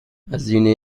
هزینه